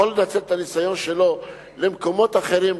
יכול לנצל את הניסיון שלו במקומות אחרים,